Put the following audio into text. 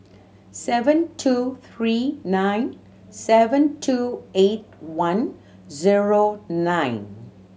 seven two three nine seven two eight one zero nine